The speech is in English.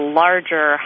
larger